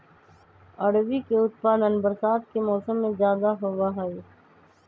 अरबी के उत्पादन बरसात के मौसम में ज्यादा होबा हई